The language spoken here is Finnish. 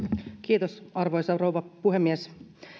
kiitos arvoisa rouva puhemies